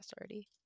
already